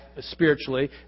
spiritually